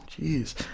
Jeez